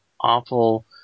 awful